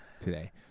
today